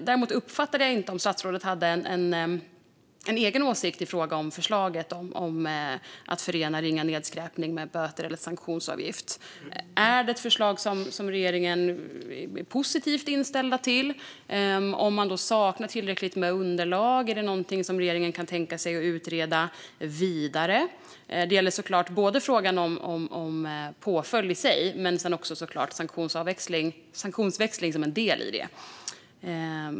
Däremot uppfattade jag inte om statsrådet hade en egen åsikt i fråga om förslaget om att förena ringa nedskräpning med böter eller sanktionsavgift. Är det ett förslag som regeringen är positivt inställd till? Om det saknas underlag, är det ett förslag som regeringen kan tänkas utreda vidare? Det gäller såklart både frågan om påföljd i sig och frågan om sanktionsväxling.